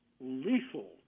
lethal